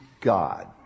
God